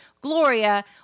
Gloria